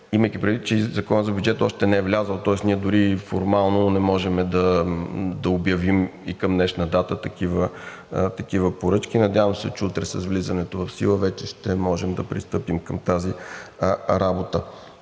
Имайки предвид, че и законът за бюджета още не е влязъл, тоест ние дори и формално не можем да обявим и към днешна дата такива поръчки. Надявам се, че утре с влизането в сила вече ще можем да пристъпим към тази работа.